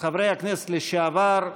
חברי הכנסת לשעבר,